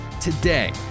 Today